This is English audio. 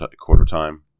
quarter-time